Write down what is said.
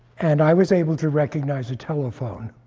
and i was able to recognize a telephone.